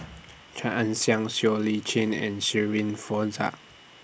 Chia Ann Siang Siow Lee Chin and Shirin Fozdar